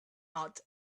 out